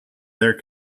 their